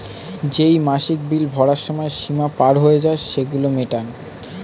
যেই মাসিক বিল ভরার সময় সীমা পার হয়ে যায়, সেগুলো মেটান